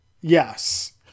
Yes